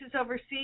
overseas